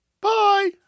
Bye